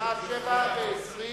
בשעה 07:20